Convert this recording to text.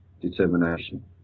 determination